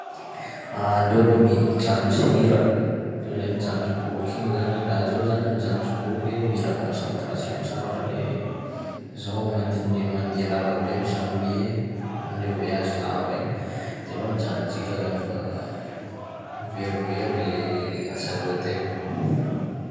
Aleo aloha mi- mijanjy hira toy zay mijanjy boky igny zany, laha zaho zany mijanjy boky mila concentration tsara fa le zaho agnatin'le mandeba lava be mi-s'ennuier am'le voyage lava igny de alao mijanjy hira zany mba verivery le asalohan-tegna.